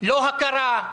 לא הכרה.